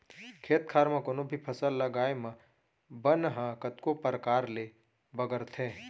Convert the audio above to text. खेत खार म कोनों भी फसल लगाए म बन ह कतको परकार ले बगरथे